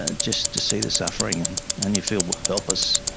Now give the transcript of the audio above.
ah just to see the suffering and and you feel helpless.